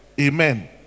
Amen